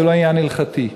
זה לא עניין הלכתי.